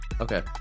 Okay